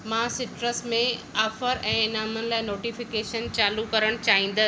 मां सिट्रस में ऑफ़र ऐं इनामु लाइ नोटिफ़िकेशन चालू करणु चाहींदसि